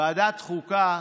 לוועדת חוקה,